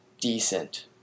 decent